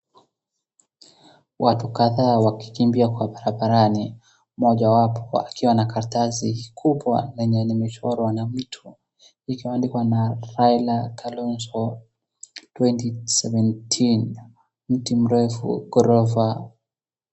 Watu kadhaa wakikimbia kwa barabarani mmoja wapo akiwa na karatasi kubwa lenye limechorwa na mtu likiandikwa na Raila Kalonzo Twenty seventeen mti mrefu ghorofa.